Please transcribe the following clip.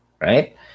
right